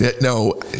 No